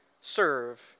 serve